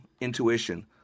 intuition